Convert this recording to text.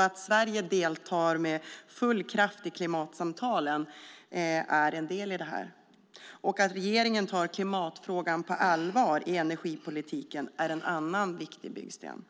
Att Sverige deltar med full kraft i klimatsamtalen är en del i detta. Att regeringen tar klimatfrågan på allvar i energipolitiken är en annan viktig byggsten.